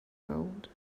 gold